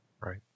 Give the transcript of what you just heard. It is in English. right